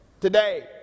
today